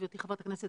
גברתי חברת הכנסת,